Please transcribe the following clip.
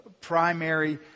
primary